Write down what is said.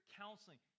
counseling